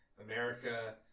America